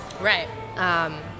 Right